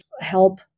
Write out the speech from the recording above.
help